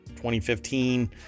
2015